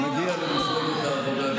מעניין אותו רק הרפורמה.